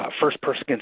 First-person